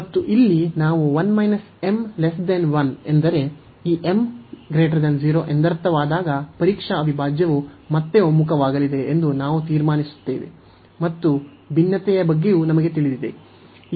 ಮತ್ತು ಇಲ್ಲಿ ನಾವು ಎಂದರೆ ಈ m 0 ಎಂದರ್ಥವಾದಾಗ ಮಾದರಿ ಅವಿಭಾಜ್ಯವು ಮತ್ತೆ ಒಮ್ಮುಖವಾಗಲಿದೆ ಎಂದು ನಾವು ತೀರ್ಮಾನಿಸುತ್ತೇವೆ ಮತ್ತು ಭಿನ್ನತೆಯ ಬಗ್ಗೆಯೂ ನಮಗೆ ತಿಳಿದಿದೆ